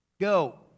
Go